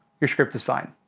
your script is fine.